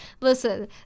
listen